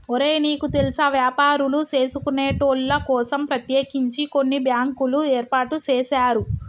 ఒరే నీకు తెల్సా వ్యాపారులు సేసుకొనేటోళ్ల కోసం ప్రత్యేకించి కొన్ని బ్యాంకులు ఏర్పాటు సేసారు